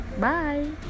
Bye